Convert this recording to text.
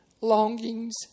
Longings